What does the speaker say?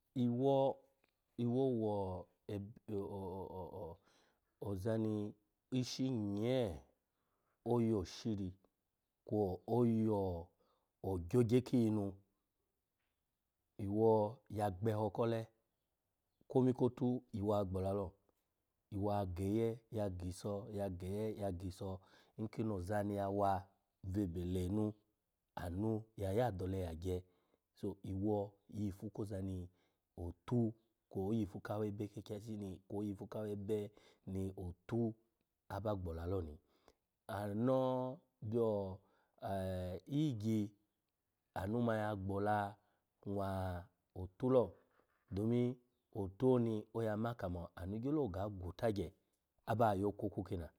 Iwo, iwo o-o ozani ishi nye, oyo shiri kwo oyo ogyo gye kiyinu, iwo ya gbeho kole, komi kotu iwo ya gbola lo, iwo ageye, ya giso ya geye ya giso nkini ozani yawa bwebe lenu anu ya ya adole ya gye, so iwo yifu ko azani otu ko yifu ka awebe ki ikyashi kwo iyifu ka awebe ni otu aba gbola loni. Ano bya e-iyigyi ana ma ya gbola nwa out lo domin otu oni oya ma kamo anu ga gwutagye aba yo kwokwu kin la.